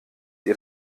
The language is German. ihr